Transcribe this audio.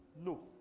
no